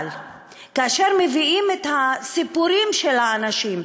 אבל כאשר מביאים את הסיפורים של האנשים,